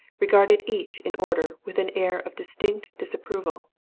regarded each in order with an air of distinct disapproval.